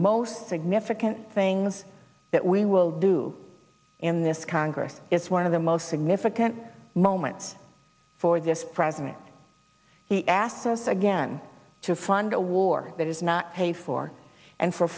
most significant things that we will do in this congress is one of the most significant moments for this president he asked us again to fund a war that is not pay for and for